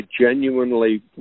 genuinely